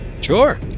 Sure